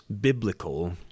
biblical